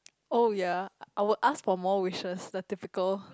oh ya I would ask for more wishes the typical